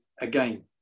again